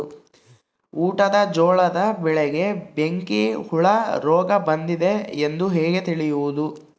ಊಟದ ಜೋಳದ ಬೆಳೆಗೆ ಬೆಂಕಿ ಹುಳ ರೋಗ ಬಂದಿದೆ ಎಂದು ಹೇಗೆ ತಿಳಿಯುವುದು?